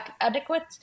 adequate